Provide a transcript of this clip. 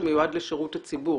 שמיועד לשירות הציבור,